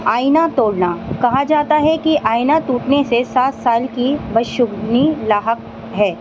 آئینہ توڑنا کہا جاتا ہے کہ آئینہ ٹوٹنے سے سات سال کی بد شگونی لاحق ہے